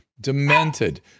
demented